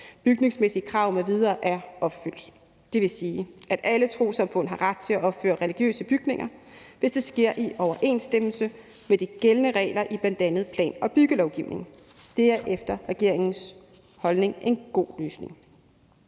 bygningsmæssige krav m.v., er opfyldt. Det vil sige, at alle trossamfund har ret til at opføre religiøse bygninger, hvis det sker i overensstemmelse med de gældende regler i bl.a. plan- og byggelovgivningen. Det er efter regeringens holdning en god løsning.